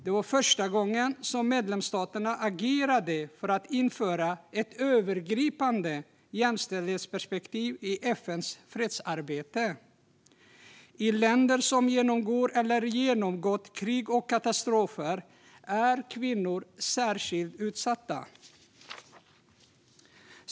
Det var första gången medlemsstaterna agerade för att införa ett övergripande jämställdhetsperspektiv i FN:s fredsarbete. I länder som genomgår eller genomgått krig och katastrofer är kvinnor särskilt utsatta.